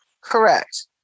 Correct